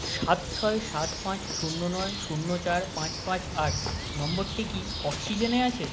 সাত ছয় সাত পাঁচ শূন্য নয় শূন্য চার পাঁচ পাঁচ আট নম্বরটি কি অক্সিজেনে আছে